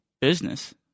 Business